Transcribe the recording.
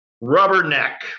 Rubberneck